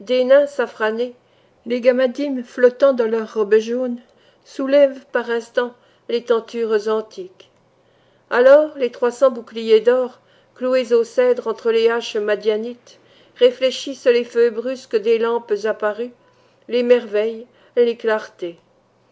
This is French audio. les gamaddim flottant dans leurs robes jaunes soulèvent par instants les tentures antiques alors les trois cents boucliers d'or cloués aux cèdres entre les haches madianites réfléchissent les feux brusques des lampes apparues les merveilles les clartés